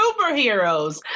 superheroes